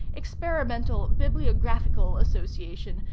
experimental, bibliographical, association,